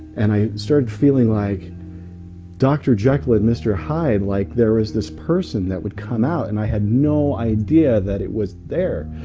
and i started feeling like dr. jekyll and mr. hyde like, there was this person that would come out. and i had no idea that it was there,